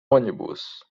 ônibus